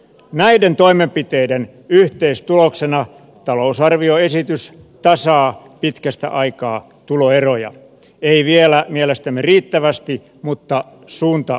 näiden toimenpiteiden yhteistuloksena talousarvioesitys tasaa pitkästä aikaa tuloeroja ei vielä mielestämme riittävästi mutta suunta on oikea